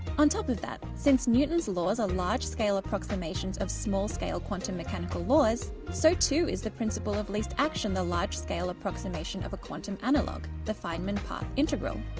on top of that since newton's laws are large-scale approximations of small-scale quantum mechanical laws so too is the principle of least action the large-scale approximation of a quantum analog the feynman path integral,